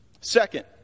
Second